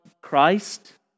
Christ